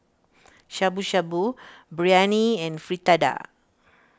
Shabu Shabu Biryani and Fritada